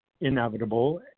inevitable